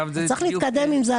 אז צריך להתקדם עם זה,